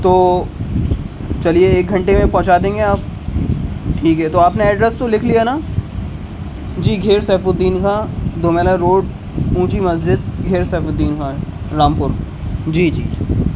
تو چلیے ایک گھنٹے میں پہنچا دیں گے آپ ٹھیک ہے تو آپ نے ایڈریس تو لکھ لیا نا جی گھیر سیف الدین خاں دومیلا روڈ اونچی مسجد گھیر سیف الدین خان رامپور جی جی